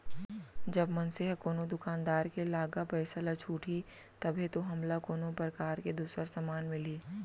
जब मनसे ह कोनो दुकानदार के लागा पइसा ल छुटही तभे तो हमला कोनो परकार ले दूसर समान मिलही